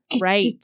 Right